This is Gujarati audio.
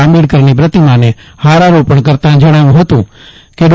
આંબેડકરની પ્રતિમાને ફારારોપણ કરતાં જણાવ્યુ ફતુ કે ડો